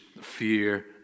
fear